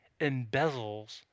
embezzles